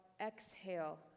exhale